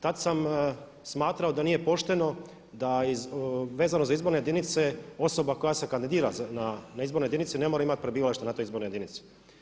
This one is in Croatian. Tad sam smatrao da nije pošteno da vezano za izborne jedinice osoba koja se kandidira na izborne jedinice ne mora imati prebivalište na toj izbornoj jedinici.